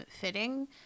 fitting